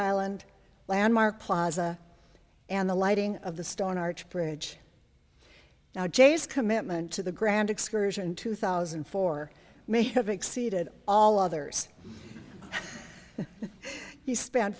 island landmark plaza and the lighting of the stone arch bridge now jay's commitment to the grand excursion two thousand and four may have exceeded all others he spent